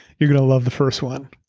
you're gonna love the first one.